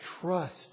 trust